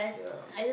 ya